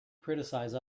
criticize